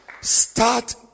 Start